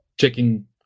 checking